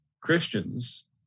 Christians